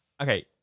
okay